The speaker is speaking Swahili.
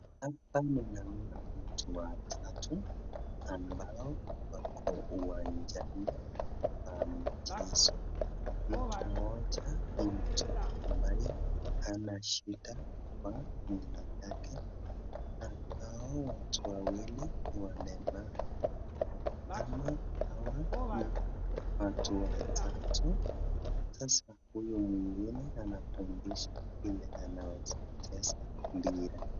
Hapa ninaona watu watatu ambao wako uwanjani wa mchezo. Mtu mmoja ni mtu ambaye ana shida kwa mwili yake. Na hao watu wawili ni walemavu ama hawa ni watu watatu. Sasa huyu mwingine anafundisha ile anaweza cheza mpira.